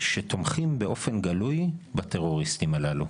שתומכים באופן גלוי בטרוריסטים הללו.